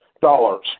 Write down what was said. dollars